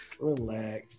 Relax